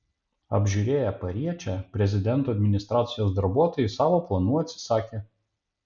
apžiūrėję pariečę prezidento administracijos darbuotojai savo planų atsisakė